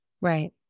Right